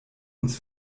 uns